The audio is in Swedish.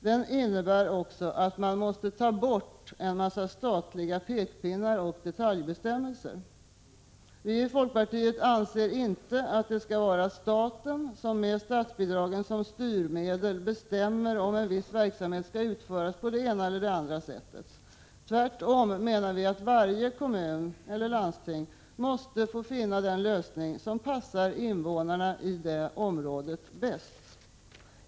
Den innebär också att man måste ta bort en mängd statliga pekpinnar och 13 detaljbestämmelser. Vi i folkpartiet anser inte att det skall vara staten som med statsbidragen som styrmedel bestämmer om en viss verksamhet skall utövas på det ena eller det andra sättet. Tvärtom måste varje kommun och landsting få finna den lösning som passar invånarna i det området bäst.